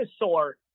dinosaur